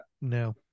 No